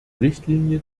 richtlinie